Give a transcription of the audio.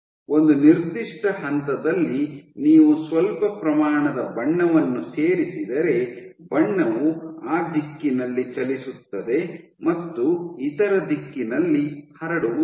ಒಂದು ನಿರ್ದಿಷ್ಟ ಹಂತದಲ್ಲಿ ನೀವು ಸ್ವಲ್ಪ ಪ್ರಮಾಣದ ಬಣ್ಣವನ್ನು ಸೇರಿಸಿದರೆ ಬಣ್ಣವು ಆ ದಿಕ್ಕಿನಲ್ಲಿ ಚಲಿಸುತ್ತದೆ ಮತ್ತು ಇತರ ದಿಕ್ಕಿನಲ್ಲಿ ಹರಡುವುದಿಲ್ಲ